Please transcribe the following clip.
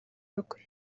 rwe